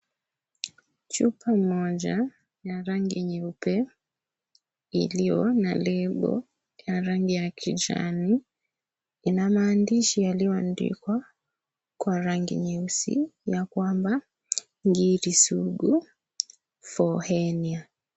Chupa moja ya rangi nyeupe ilio na lebo ya rangi ya kijani ina mandishi yalio andikwa kwa rangi nyeusi ya kwamba Ngiri sugu for hernia.